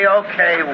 okay